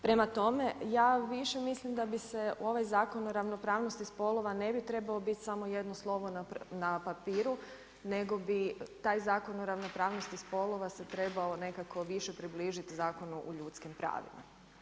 Prema tome, ja više mislim da bi se u ovaj Zakon o ravnopravnosti spolova ne bi trebao biti samo jedno slovo na papiru nego bi taj Zakon o ravnopravnosti spolova se trebao nekako više približiti Zakonu u ljudskim pravima.